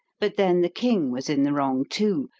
but then the king was in the wrong too,